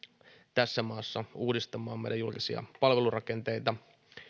tässä maassa uudistamaan meidän julkisia palvelurakenteita